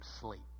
sleep